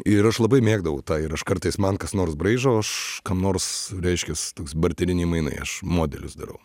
ir aš labai mėgdavau tą ir aš kartais man kas nors braižo aš kam nors reiškias toks barteriniai mainai aš modelius darau